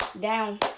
down